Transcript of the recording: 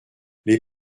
les